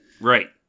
Right